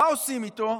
מה עושים איתו?